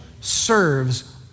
serves